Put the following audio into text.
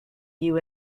you